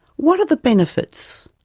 what are the benefits,